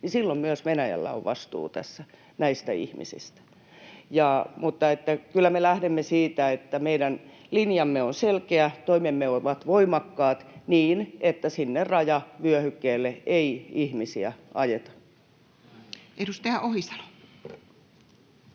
niin silloin myös Venäjällä on vastuu tässä näistä ihmisistä. Kyllä me lähdemme siitä, että meidän linjamme on selkeä: toimemme ovat voimakkaat niin, että sinne rajavyöhykkeelle ei ihmisiä ajeta. [Speech